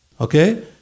okay